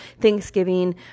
Thanksgiving